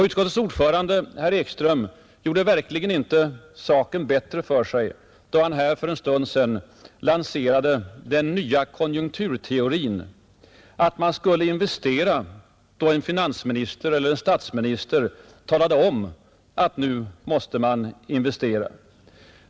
Utskottets ordförande, herr Ekström, gjorde verkligen inte saken bättre för sig då han för en stund sedan lanserade den nya konjunkturteorin, att man skulle investera då en finansminister eller en statsminister talade om för näringslivet, att nu måste man investera.